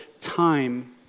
time